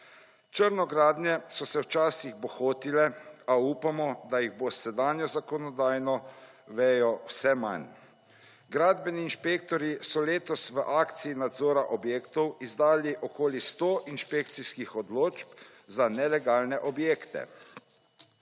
Črne gradnje so se včasih bohotile, a upamo, da jih bo s sedanjo zakonodajno vejo vse manj. Gradbeni inšpektorji so letos v akciji nadzora objektov izdali okoli 100 inšpekcijskih odločb za nelegalne objekte.